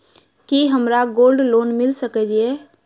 की हमरा gold loan मिल सकैत ये?